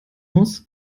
muss